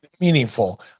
meaningful